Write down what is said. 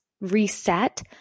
reset